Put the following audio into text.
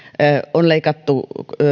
on leikattu